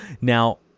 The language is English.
Now